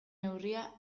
neurria